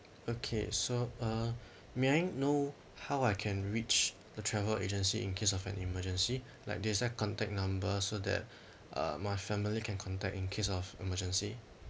okay so uh may I know how I can reach the travel agency in case of an emergency like there's a contact number so that uh my family can contact in case of emergency